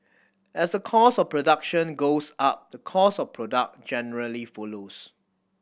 as the cost of production goes up the cost of the product generally follows